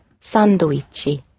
Sandwichi